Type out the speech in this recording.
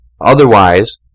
Otherwise